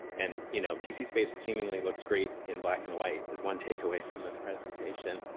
and you know d c. space seemingly looks great in black and white is one takeaway from this presentation.